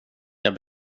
jag